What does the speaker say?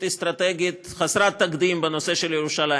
אסטרטגית חסרת תקדים בנושא של ירושלים.